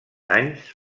anys